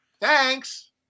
thanks